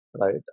Right